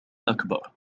أكبر